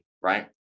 right